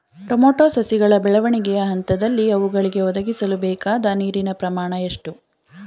Tomato ಸಸಿಗಳ ಬೆಳವಣಿಗೆಯ ಹಂತದಲ್ಲಿ ಅವುಗಳಿಗೆ ಒದಗಿಸಲುಬೇಕಾದ ನೀರಿನ ಪ್ರಮಾಣ ಎಷ್ಟು?